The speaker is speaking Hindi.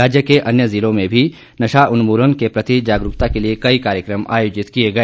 राज्य के अन्य जिलों में भी नशा उन्मूलन के प्रति जागरूकता के लिए कई कार्यक्रम आयोजित किए गए